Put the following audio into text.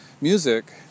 music